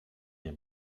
nie